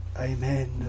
Amen